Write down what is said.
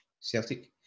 Celtic